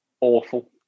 Awful